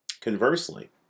Conversely